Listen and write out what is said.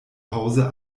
hause